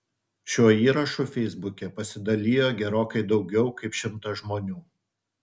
šiuo įrašu feisbuke pasidalijo gerokai daugiau kaip šimtas žmonių